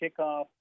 kickoff